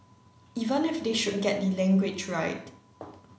even if they should get the language right